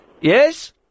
Yes